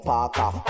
Parker